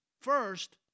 First